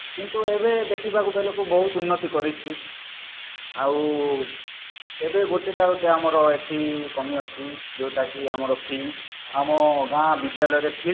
କିନ୍ତୁ ଏବେ ଦେଖିବାକୁ ବେଳକୁ ବହୁତ ଉନ୍ନତି କରିଛି ଆଉ ଏବେ ଗୋଟେଟା ଗୁଟେ ଆମର ଏଠି କମି ଅଛି ଯୋଉଁଟାକି ଆମର ଫିଲ୍ଡ଼୍ ଆମ ଗାଁ ବିଦ୍ୟଳୟରେ ଫିଲ୍ଡ଼୍ ନାହିଁ